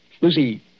Lucy